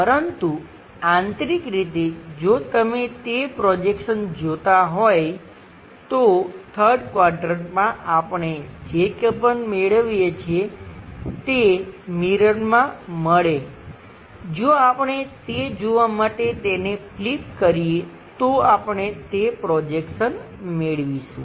પરંતુ આંતરિક રીતે જો તમે તે પ્રોજેક્શન જોતા હોય તો 3rd ક્વાડ્રંટ માં આપણે જે કંઈપણ મેળવીએ છીએ તે મિરરમાં મળે જો આપણે તે જોવા માટે તેને ફ્લિપ કરીએ તો આપણે તે પ્રોજેક્શન મેળવીશું